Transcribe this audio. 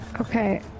Okay